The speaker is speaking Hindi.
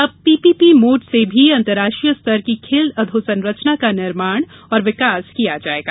अब पीपीपी मोड से भी खेलों की अंतर्राष्ट्रीय स्तर की खेल अधोसंरचना का निर्माण और विकास किया जायेगा